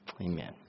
Amen